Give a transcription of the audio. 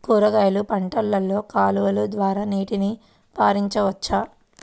కూరగాయలు పంటలలో కాలువలు ద్వారా నీటిని పరించవచ్చా?